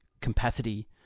capacity